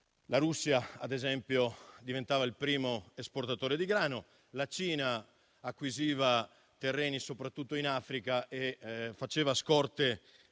la Russia ad esempio diventava il primo esportatore di grano, la Cina acquisiva terreni, soprattutto in Africa, e faceva scorte